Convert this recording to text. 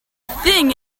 thing